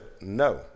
no